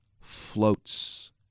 floats